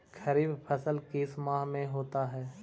खरिफ फसल किस माह में होता है?